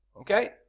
Okay